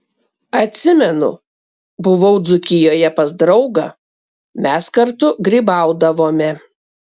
atsimenu buvau dzūkijoje pas draugą mes kartu grybaudavome